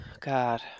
god